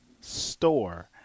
store